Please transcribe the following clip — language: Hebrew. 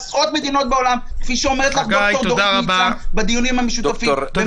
אני לא אחזור על דבריו הקשים של